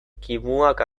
kimuak